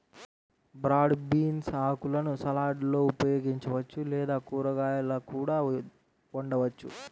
broad beans ఆకులను సలాడ్లలో ఉపయోగించవచ్చు లేదా కూరగాయలా కూడా వండవచ్చు